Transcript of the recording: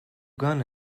gan